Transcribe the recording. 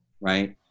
right